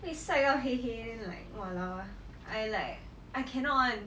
被晒到黑黑 then like !walao! I like I cannot [one]